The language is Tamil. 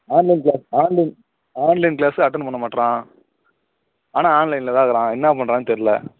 online class online online class attend பண்ண மாட்றான் ஆனால் ஆன்லைனில் தான் இருக்கிறான் என்ன பண்ணுறானு தெரில